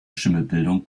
schimmelbildung